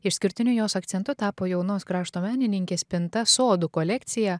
išskirtiniu jos akcentu tapo jaunos krašto menininkės pinta sodų kolekcija